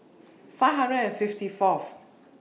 five hundred and fifty Fourth